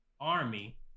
army